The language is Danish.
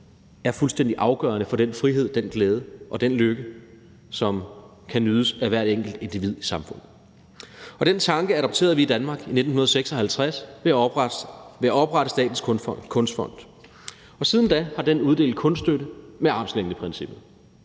er fuldstændig afgørende for den frihed, den glæde og den lykke, som kan nydes af hvert enkelt individ i samfundet. Den tanke adopterede vi i Danmark i 1956 ved at oprette Statens Kunstfond. Siden da har den uddelt kunststøtte med armslængdeprincippet.